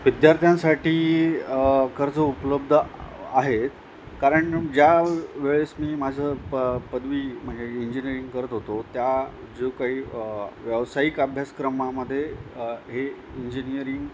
विद्यार्थ्यांसाठी कर्जं उपलब्ध आहेत कारण म् ज्या वेळेस मी माझं प् पदवी म्हणजे इंजीनिअरिंग करत होतो त्या जो काही व्यावसायिक अभ्यासक्रमामध्ये हे इंजीनिअरिंग